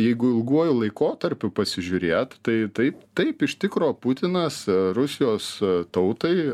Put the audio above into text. jeigu ilguoju laikotarpiu pasižiūrėt tai taip taip iš tikro putinas rusijos tautai